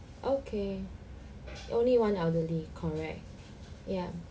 okay only one elderly correct ya